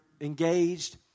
engaged